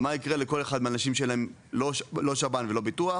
ומה יקרה לכל אחד מהאנשים שאין להם לא שב"ן ולא ביטוח?